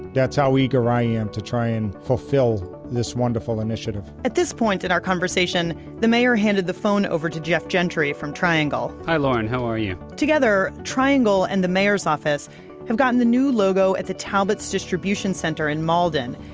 that's how eager i am to try and fulfil this wonderful initiative. at this point in our conversation, the mayor handed the phone over to jeff gentry from triangle. hi lauren, how are you? together, triangle and the mayor's office have gotten the new logo at the talbot's distribution center in malden,